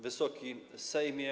Wysoki Sejmie!